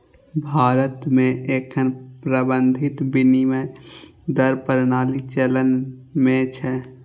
भारत मे एखन प्रबंधित विनिमय दर प्रणाली चलन मे छै